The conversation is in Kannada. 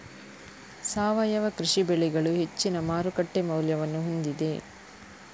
ಸಾವಯವ ಕೃಷಿ ಬೆಳೆಗಳು ಹೆಚ್ಚಿನ ಮಾರುಕಟ್ಟೆ ಮೌಲ್ಯವನ್ನು ಹೊಂದಿದೆ